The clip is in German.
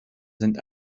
sind